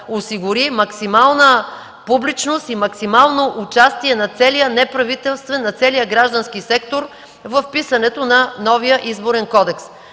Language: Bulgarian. осигури максимална публичност и максимално участие на целия неправителствен, на целия граждански сектор в писането на новия Изборен кодекс.